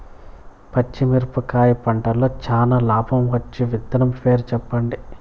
పచ్చిమిరపకాయ పంటలో చానా లాభం వచ్చే విత్తనం పేరు చెప్పండి?